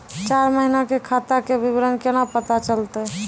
चार महिना के खाता के विवरण केना पता चलतै?